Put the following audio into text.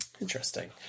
Interesting